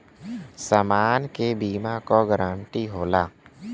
समान के बीमा क गारंटी होला